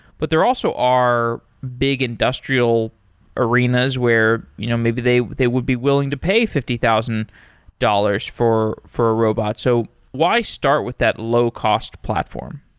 but there also are big industrial arenas where you know maybe they would they would be willing to pay fifty thousand dollars for for a robot. so why start with that low-cost platform?